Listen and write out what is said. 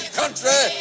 country